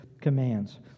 commands